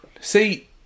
See